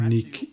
Nick